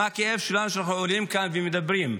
מה הכאב שלנו, כשאנחנו עולים כאן ומדברים.